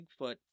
Bigfoot